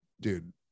dude